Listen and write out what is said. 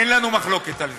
אין לנו מחלוקת על זה.